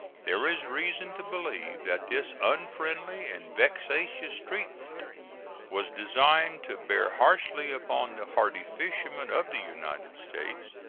there is reason to believe that this unfriendly and vexatious treatment was designed to bear harshly upon the hardy fishermen of the united states,